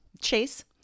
Chase